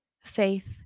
faith